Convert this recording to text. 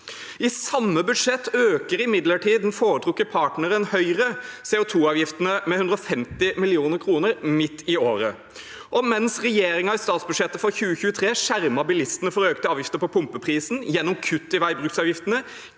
I samme budsjett øker imidlertid den foretrukne partneren, Høyre, CO2-avgiftene med 150 mill. kr midt i året. Og mens regjeringen i statsbudsjettet for 2023 skjermet bilistene for økte avgifter på pumpeprisen gjennom kutt i veibruksavgiftene,